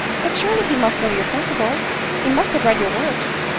but surely he must know your principles he must have read your works?